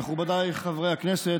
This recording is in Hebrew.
מכובדיי חברי הכנסת,